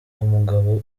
umugabo